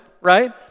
right